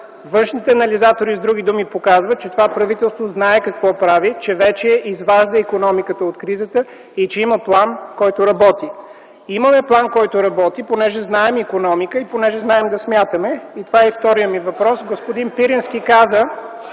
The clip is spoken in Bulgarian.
Външните анализатори, с други думи, показват, че това правителство знае какво прави, че вече изважда икономиката от кризата и че има план, който работи. Имаме план, който работи, понеже знаем икономика и понеже знаем да смятаме. И това е вторият ми въпрос. Господин Пирински каза